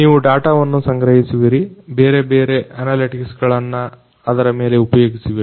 ನೀವು ಡಾಟಾವನ್ನು ಸಂಗ್ರಹಿಸುವಿರಿ ಬೇರೆಬೇರೆ ಅನಲಿಟಿಕ್ಸ್ ಗಳನ್ನು ಅದರ ಮೇಲೆ ಉಪಯೋಗಿಸುವಿರಿ